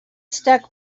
stuck